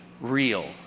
real